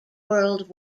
world